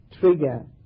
trigger